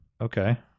okay